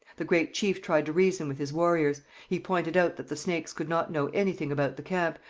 the great chief tried to reason with his warriors he pointed out that the snakes could not know anything about the camp,